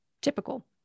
typical